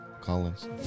Collins